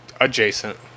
adjacent